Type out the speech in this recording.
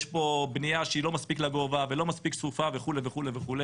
יש בנייה שהיא לא מספיק לגובה ולא מספיק צפופה וכולי וכולי.